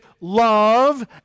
love